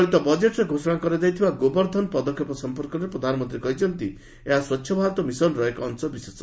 ଚଳିତ ବଜେଟ୍ରେ ଘୋଷଣା କରାଯାଇଥିବା ଗୋବର୍ଦ୍ଧନ ପଦକ୍ଷେପ ସମ୍ପର୍କରେ ପ୍ରଧାନମନ୍ତ୍ରୀ କହିଛନ୍ତି ଯେ ଏହା ସ୍ୱଚ୍ଛ ଭାରତ ମିଶନ୍ର ଏକ ଅଂଶବିଶେଷ